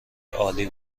عالی